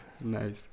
Nice